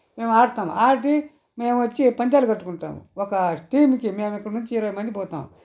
మేము ఆడతాము ఆడి మేము వచ్చి పందేలు కట్టుకుంటాము ఒక టీమ్కి మేము ఇక్కడ నుంచి ఇరవై మంది పోతాం